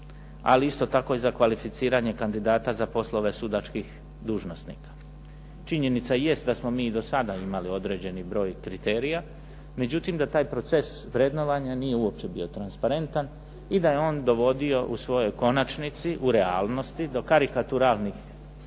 ali isto tako i za kvalificiranje kandidata za poslove sudačkih dužnosnika. Činjenica jest da smo i do sada imali određeni broj kriterija, međutim da taj proces vrednovanja nije uopće bio transparentan i da je on dovodio u svojoj konačnici, u realnosti do karikaturalnih